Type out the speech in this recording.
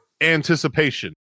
anticipation